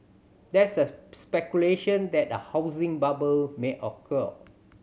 there is a speculation that a housing bubble may occur